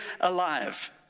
alive